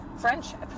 friendship